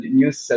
news